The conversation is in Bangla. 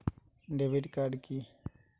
ডেবিট কার্ড কি?